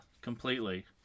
completely